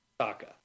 Saka